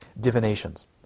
Divinations